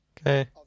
Okay